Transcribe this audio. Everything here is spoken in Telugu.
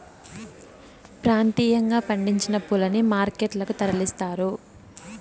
ప్రాంతీయంగా పండించిన పూలని మార్కెట్ లకు తరలిస్తారు